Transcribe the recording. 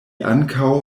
ankaŭ